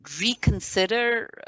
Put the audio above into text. reconsider